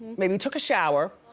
maybe took a shower,